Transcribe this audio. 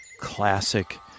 classic